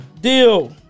Deal